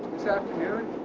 this afternoon.